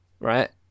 right